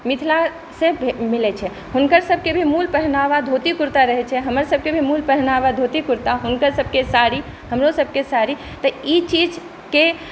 मिथिलासँ मिलै छै हुनकर सबके भी मूल पहनावा धोती कुरता रहै छै हमर सबके भी मूल पहनावा धोती कुरता हुनकर सबके साड़ी हमरो सबके साड़ी तँ ई चीजके